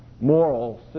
moral